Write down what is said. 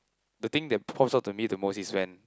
the thing that pops out to me the most is when